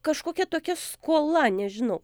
kažkokia tokia skola nežinau